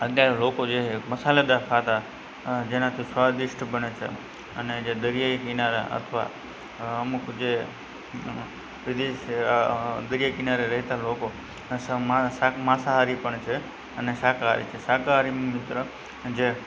અત્યારે લોકો જે છે મસાલેદાર ખાતા જેનાથી સ્વાદિષ્ટ બને છે અને જે દરિયાઈ કિનારા અથવા અ અમુક જે પ્રદેશ દરિયા કિનારે રહેતા લોકો માંસાહારી પણ છે અને શાકાહારી છે શાકાહારી મિત્ર જે